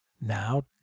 Now